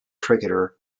cricketer